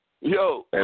Yo